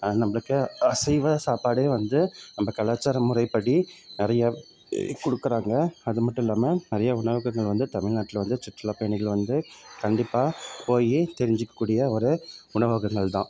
நம்மளுக்கு அசைவ சாப்பாடே வந்து நம்ம கலாச்சார முறைப்படி நிறையா கொடுக்குறாங்க அது மட்டும் இல்லாமல் நிறையா உணவகங்கள் வந்து தமிழ்நாட்ல வந்து சுற்றுலா பயணிகள் வந்து கண்டிப்பாக போய் தெரிஞ்சிக்கக்கூடிய ஒரு உணவகங்கள் தான்